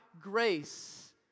grace